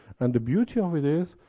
and the beauty of it is,